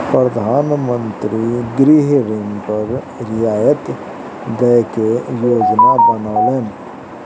प्रधान मंत्री गृह ऋण पर रियायत दय के योजना बनौलैन